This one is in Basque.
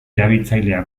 erabiltzailea